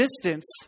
existence